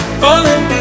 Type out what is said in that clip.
falling